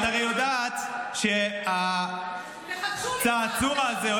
את הרי יודעת שהצעצוע הזה,